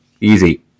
Easy